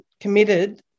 Committed